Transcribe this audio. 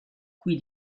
qui